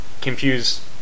confused